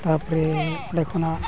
ᱛᱟᱨᱯᱚᱨᱮ ᱚᱸᱰᱮ ᱠᱷᱚᱱᱟᱜ